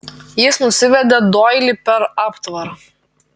jis nusivedė doilį per aptvarą